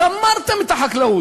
גמרתם את החקלאות.